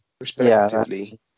respectively